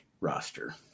roster